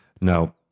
Now